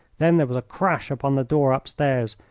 then there was a crash upon the door upstairs,